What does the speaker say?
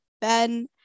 Ben